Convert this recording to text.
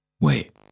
wait